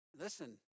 listen